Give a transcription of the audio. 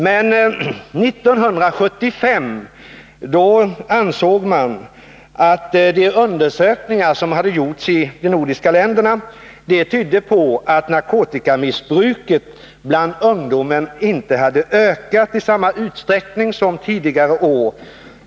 Men 1975 ansåg man att de undersökningar narkotikaspridning som hade gjorts i de nordiska länderna tydde på att narkotikamissbruket från Danmark bland ungdom inte ökat i samma utsträckning som tidigare år.